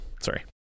Sorry